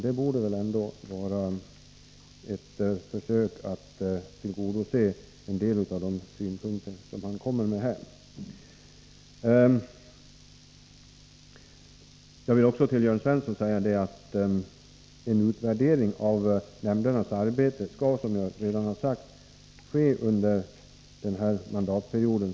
Det borde väl ändå vara ett försök att tillgodose en del av de synpunkter som Lennart Brunander här framför. Till Jörn Svensson vill jag säga att en utvärdering av nämndernas arbete skall, som jag redan påpekat, ske under innevarande mandatperiod.